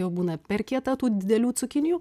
jau būna per kieta tų didelių cukinijų